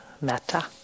metta